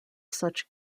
such